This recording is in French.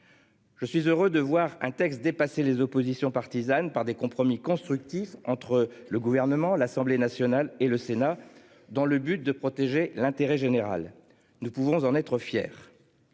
Je suis heureux de voir un texte dépasser les oppositions partisanes par des compromis constructif entre le gouvernement, l'Assemblée nationale et le Sénat dans le but de protéger l'intérêt général. Nous pouvons en être fiers.